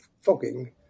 fogging